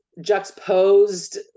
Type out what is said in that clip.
juxtaposed